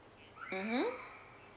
mmhmm